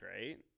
right